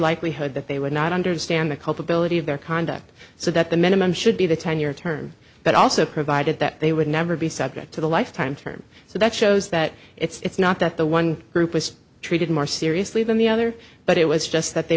likelihood that they would not understand the culpability of their conduct so that the minimum should be the ten year term but also provided that they would never be subject to the lifetime term so that shows that it's not that the one group was treated more seriously than the other but it was just that they